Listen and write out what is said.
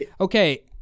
okay